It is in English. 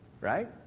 right